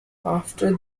after